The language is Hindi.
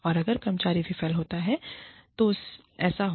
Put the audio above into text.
और अगर कर्मचारी विफल रहता है तो ऐसा हो